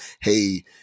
hey